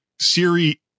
Siri